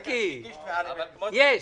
יש.